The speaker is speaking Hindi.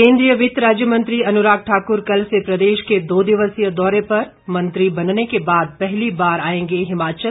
केन्द्रीय वित्त राज्य मंत्री अनुराग ठाकुर कल से प्रदेश के दो दिवसीय दौरे पर मंत्री बनने के बाद पहली बार आएंगे हिमाचल